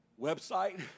website